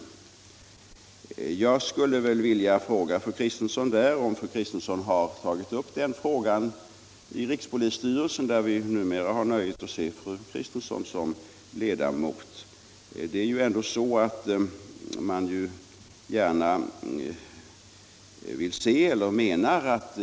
Jag skulle vilja fråga fru Kristensson om fru Kristensson har tagit upp den saken i rikspolisstyrelsen, där vi numera har nöjet att se fru Kristensson som ledamot.